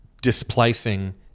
displacing